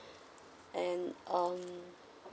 and um